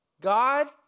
God